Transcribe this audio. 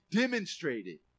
demonstrated